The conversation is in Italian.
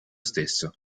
stesso